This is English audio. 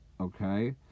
okay